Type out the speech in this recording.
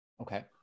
Okay